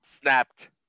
snapped